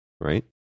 right